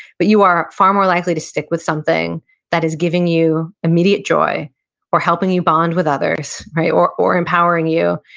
but you are far more likely to stick with something that is giving you immediate joy or helping you bond with others or or empowering you,